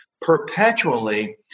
perpetually